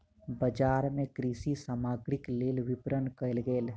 बजार मे कृषि सामग्रीक लेल विपरण कयल गेल